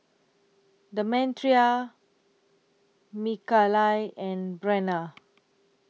Demetria Mikaila and Brenna